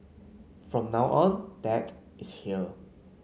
from now on dad is here